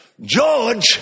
George